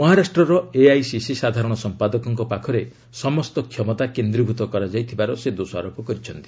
ମହାରାଷ୍ଟ୍ରର ଏଆଇସିସି ସାଧାରଣ ସମ୍ପାଦକଙ୍କ ପାଖରେ ସମସ୍ତ କ୍ଷମତା କେନ୍ଦ୍ରୀଭୂତ କରାଯାଇଥିବାର ସେ ଦୋଷାରୋପ କରିଛନ୍ତି